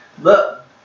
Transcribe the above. look